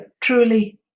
truly